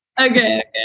Okay